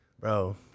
Bro